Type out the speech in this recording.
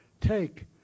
Take